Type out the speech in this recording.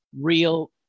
real